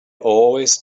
always